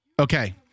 Okay